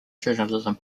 journalism